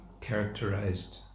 characterized